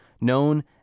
known